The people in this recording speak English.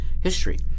history